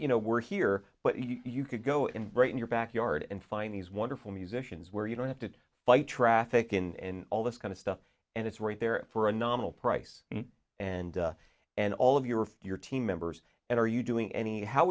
you know we're here but you could go and write in your backyard and find these wonderful musicians where you don't have to fight traffic in all this kind of stuff and it's right there for a nominal price and and all of your your team members and are you doing any how